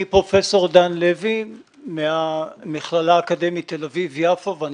אני פרופסור דן לוי מהמכללה האקדמית תל אביב-יפו ואני